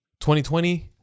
2020